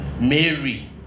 Mary